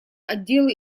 отделы